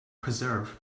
preserve